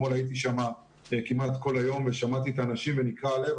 אתמול הייתי שם כמעט כל היום ושמעתי את האנשים ונקרע הלב.